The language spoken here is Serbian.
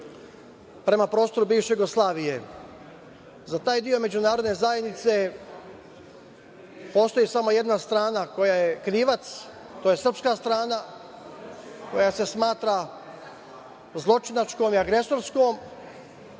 prema prostoru bivše Jugoslavije. Za taj deo međunarodne zajednice postoji samo jedna strana koja je krivac, to je srpska strana, koja se smatra zločinačkom i agresovskom,